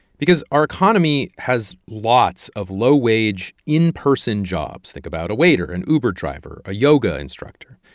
because our economy has lots of low-wage in-person jobs. think about a waiter, an uber driver, a yoga instructor.